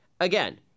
Again